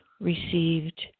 received